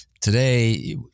today